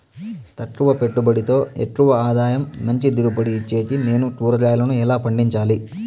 తక్కువ పెట్టుబడితో ఎక్కువగా ఆదాయం మంచి దిగుబడి ఇచ్చేకి నేను కూరగాయలను ఎలా పండించాలి?